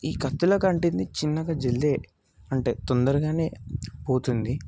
ఈ కత్తులకి అంటింది చిన్నగా జల్డే అంటే తొందరగానే పోతుంది